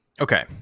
Okay